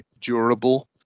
durable